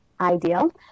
ideal